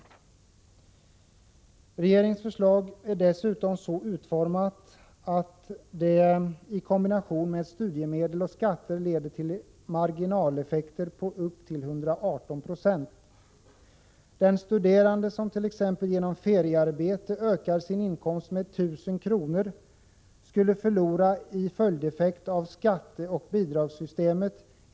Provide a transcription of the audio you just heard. Regeringens förslag är dessutom så utformat att det i kombination med studiemedel och skatter leder till marginaleffekter på upp till 118 96. Den studerande som t.ex. genom feriearbete ökar sin inkomst med 1 000 kr. skulle förlora 1 800 kr. i följdeffekt av skatteoch bidragssystemet.